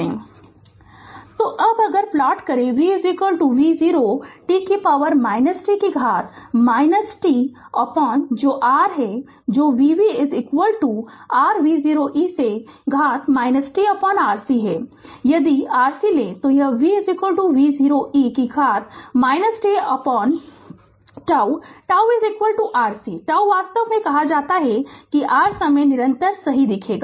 Refer Slide Time 1052 तो अब अगर प्लॉट करें कि V v0 e t कि घात t जो r है जो vv r v0 e से घात tRC है यदि RC लें तो v v0 e घात t τ τ RC τ वास्तव में कहा जाता है कि r समय निरंतर सही देखेगा